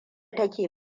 take